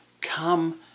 come